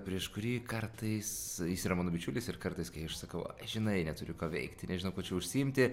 prieš kurį kartais jis yra mano bičiulis ir kartais kai aš sakau ai žinai neturiu ką veikti nežinau kuo čia užsiimti